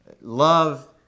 love